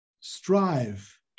strive